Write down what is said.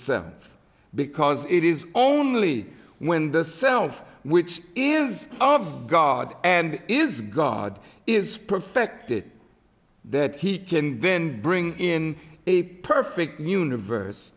seventh because it is only when the self which is of god and is god is perfected that he can then bring in a perfect universe